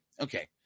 Okay